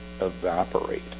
evaporate